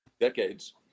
decades